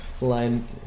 Line